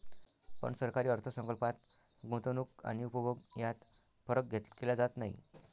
पण सरकारी अर्थ संकल्पात गुंतवणूक आणि उपभोग यात फरक केला जात नाही